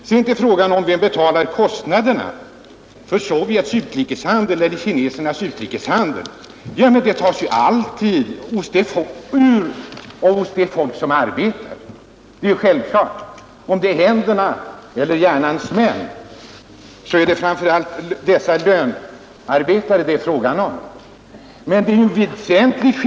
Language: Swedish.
Sedan till frågan om vem som betalar kostnaderna för Sovjets utrikeshandel eller Kinas utrikeshandel. De kostnaderna tas alltid ut hos det arbetande folket; det är självklart. Vare sig det är händernas eller hjärnans män, är det framför allt dessa lönearbetare som skapar värdena det är fråga om.